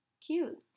Cute